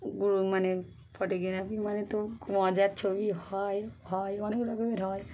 গু মানে ফটোগ্রাফি মানে তোব মজার ছবি হয় হয় অনেক রকমের হয়